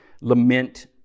lament